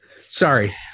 sorry